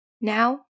Now